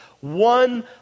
one